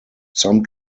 some